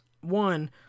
one